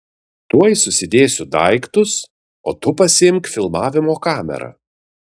tuoj susidėsiu daiktus o tu pasiimk filmavimo kamerą